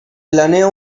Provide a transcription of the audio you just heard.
planea